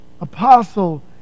apostle